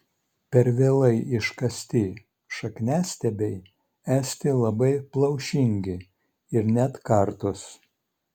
per vėlai iškasti šakniastiebiai esti labai plaušingi ir net kartūs